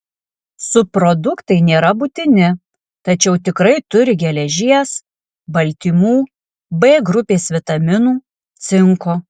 subproduktai nėra būtini tačiau tikrai turi geležies baltymų b grupės vitaminų cinko